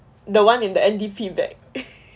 the one in the N_D_P bag